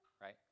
right